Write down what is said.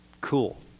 Cool